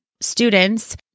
students